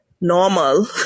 normal